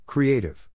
Creative